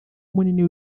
munini